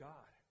God